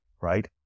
right